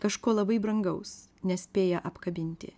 kažko labai brangaus nespėję apkabinti